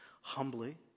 humbly